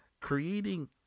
Creating